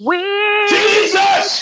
Jesus